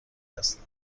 هستم